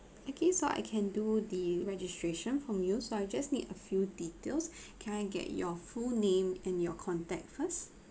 okay so I can do the registration from you so I just need a few details can I get your full name and your contact first